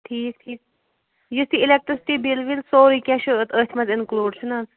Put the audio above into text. ٹھیٖک ٹھیٖک یہٕ تہِ اِلیکٹِرِسِٹی بِل وِل سورُے کیٚنٛہہ چھُ أتھۍ منٛز اِنکٕلوٗڈ